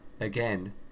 again